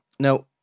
Now